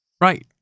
Right